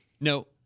No